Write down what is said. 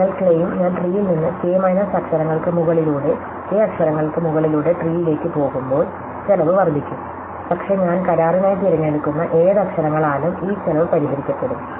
അതിനാൽ ക്ലെയിം ഞാൻ ട്രീയിൽ നിന്ന് കെ മൈനസ് അക്ഷരങ്ങൾക്ക് മുകളിലൂടെ കെ അക്ഷരങ്ങൾക്ക് മുകളിലൂടെ ട്രീയിലേക്ക് പോകുമ്പോൾ ചെലവ് വർദ്ധിക്കും പക്ഷേ ഞാൻ കരാറിനായി തിരഞ്ഞെടുക്കുന്ന ഏത് അക്ഷരങ്ങളാലും ഈ ചെലവ് പരിഹരിക്കപ്പെടും